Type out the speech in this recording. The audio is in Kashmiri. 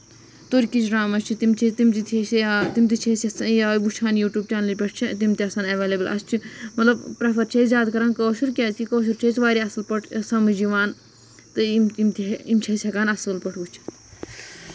تُرکِش ڈراما چھِ تِم چھِ تِم تہِ چھِ تِم تہِ چھِ أسۍ یَژھان یِہوے وٕچھان یوٗٹوٗب چینلہِ پٮ۪ٹھ چھِ تِم تہِ آسان ایویلیبٔل اَسہِ چھِ مطلب پریفر چھِ أسۍ زیادٕ کران کٲشُر کیازِ کہِ کٲشُر چھُ أسۍ واریاہ اَصٕل پٲٹھۍ سَمجھ یِوان تہٕ یِم چھِ أسۍ ہٮ۪کان اَصٕل پٲٹھۍ وٕچھِتھ